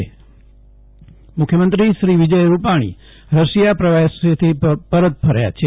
જયદીપ વેશ્નવ મુખ્યમંત્રી રશિયા મુખ્યમંત્રી શ્રી વિજય રૂપાણી રશિયા પ્રવાસેથી પરત ફર્યા છે